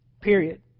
Period